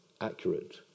accurate